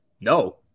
No